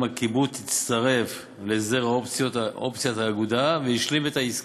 הקיבוץ הצטרף להסדר אופציית האגודה והשלים את העסקה,